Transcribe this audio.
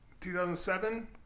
2007 –